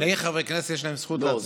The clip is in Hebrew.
לשני חברי כנסת יש זכות להצביע,